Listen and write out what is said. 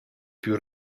più